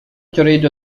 تريد